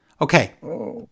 Okay